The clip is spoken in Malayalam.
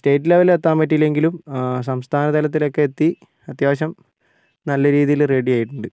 സ്റ്റേറ്റ് ലെവലിലെത്താൻ പറ്റിയില്ലെങ്കിലും സംസ്ഥാന തലത്തിലൊക്കെ എത്തി അത്യാവശ്യം നല്ല രീതിയിൽ റെഡി ആയിട്ടുണ്ട്